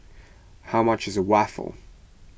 how much is Waffle